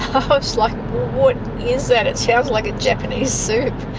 um ah so like what is that, it sounds like a japanese soup'.